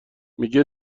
میگه